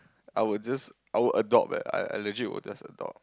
I would just I would adopt eh I I legit would just adopt